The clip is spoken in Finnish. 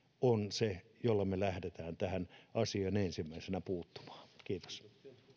on se jolla lähdetään tähän asiaan ensimmäisenä puuttumaan kiitos